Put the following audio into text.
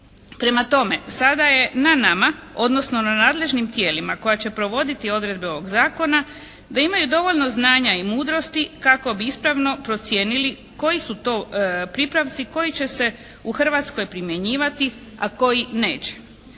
Prema tome, sada je na nama odnosno na nadležnim tijelima koja će provoditi odredbe ovog zakona da imaju dovoljno znanja i mudrosti kako bi ispravno procijenili koji su to pripravci koji će se u Hrvatskoj primjenjivati, a koji neće.